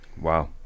Wow